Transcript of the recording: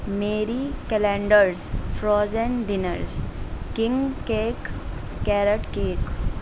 میری Callender's frozen dinners king cake carrot cake